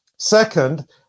Second